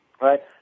Right